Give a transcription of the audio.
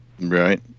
right